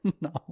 No